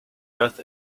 earth